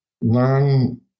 learn